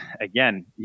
Again